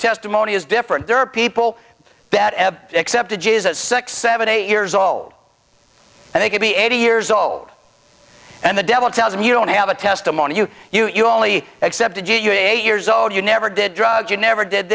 testimony is different there are people better except six seven eight years old and they could be eighty years old and the devil tells him you don't have a testimony you you only accepted you you eight years old you never did drugs you never did